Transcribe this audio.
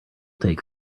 take